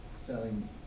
selling